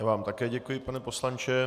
Já vám také děkuji, pane poslanče.